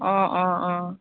অঁ অঁ অঁ